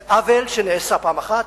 זה עוול שנעשה פעם אחת.